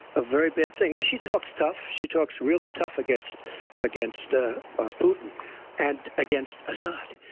a very bad thing. now, she talks tough. she talks really tough against against ah putin and against assad.